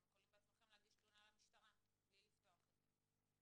אתם יכולים להגיש בעצמכם תלונה למשטרה בלי לפתוח את זה.